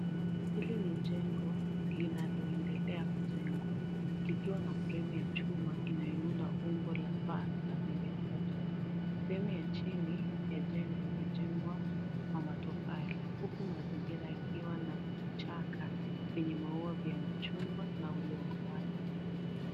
Hili ni jengo linaloendelea kujengwa likiwa na fremu ya chuma iliyounda umbo la paa la pembe tatu. Sehemu ya chini ya jengo imejengwa kwa matofali huku mazingira yakiwa na vichaka vyenye maua vya chungwa na ulingwai.